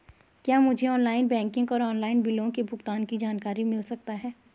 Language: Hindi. क्या मुझे ऑनलाइन बैंकिंग और ऑनलाइन बिलों के भुगतान की जानकारी मिल सकता है?